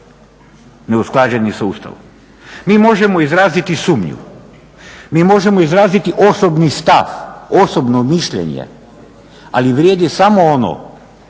neusklađenim sa Ustavom. Mi možemo izraziti sumnju, mi možemo izraziti osobni stav, osobno mišljenje, ali vrijedi samo ono